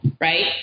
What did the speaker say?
right